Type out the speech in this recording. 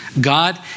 God